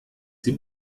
sie